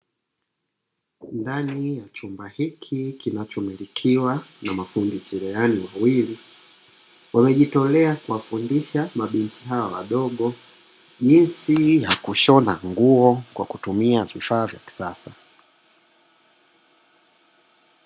Ndani ya chumba hiki kinachomilikiwa na mafundi cherehani wawili wamejitolea kuwafundisha mabinti hawa wadogo jinsi ya kushona nguo kwa kutumia vifaa vya kisasa.